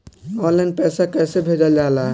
Online पैसा कैसे भेजल जाला?